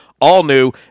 all-new